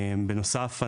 בנוסף,